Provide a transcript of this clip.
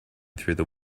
through